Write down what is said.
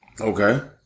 okay